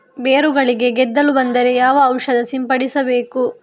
ಬೇರುಗಳಿಗೆ ಗೆದ್ದಲು ಬಂದರೆ ಯಾವ ಔಷಧ ಸಿಂಪಡಿಸಬೇಕು?